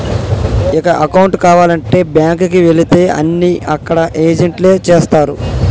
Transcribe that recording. ఇక అకౌంటు కావాలంటే బ్యాంకుకి వెళితే అన్నీ అక్కడ ఏజెంట్లే చేస్తరు